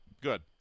Good